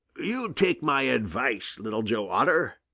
you take my advice, little joe otter,